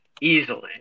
Easily